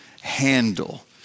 handle